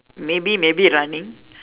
maybe maybe running